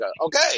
Okay